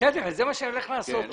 זה מה שאני הולך לעשות.